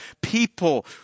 people